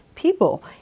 people